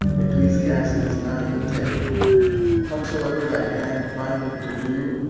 ecclesiastes nine ten whatsoever thy hand findeth to do,